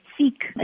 seek